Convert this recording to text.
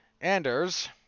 Anders